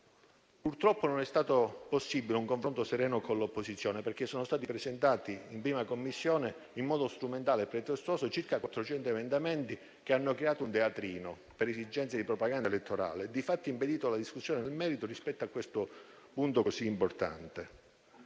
Purtroppo non è stato possibile un confronto sereno con l'opposizione, perché in 1a Commissione sono stati presentati, in modo strumentale e pretestuoso, circa 400 emendamenti, che hanno creato un teatrino, per esigenze di propaganda elettorale e di fatto hanno impedito la discussione nel merito rispetto a questo punto così importante.